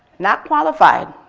not qualified.